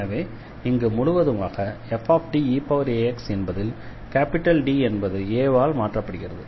எனவே இங்கு முழுவதுமாக fDeax என்பதில் D என்பது a ஆல் மாற்றப்படுகிறது